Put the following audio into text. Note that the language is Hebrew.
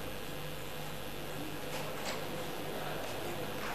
ההצעה להעביר את הנושא לוועדת הכלכלה